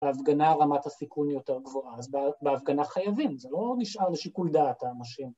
בהפגנה רמת הסיכון יותר גבוהה, אז בהפגנה חייבים, זה לא נשאר לשיקול דעת האנשים.